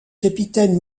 capitaine